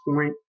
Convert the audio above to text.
Point